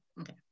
okay